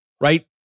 right